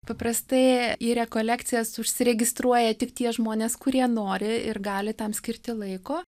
paprastai į rekolekcijas užsiregistruoja tik tie žmonės kurie nori ir gali tam skirti laiko